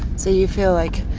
so you feel, like,